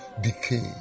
decay